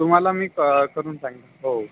तुम्हाला मी करून सांगीन हो